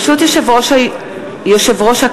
ברשות יושב-ראש הכנסת,